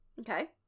Okay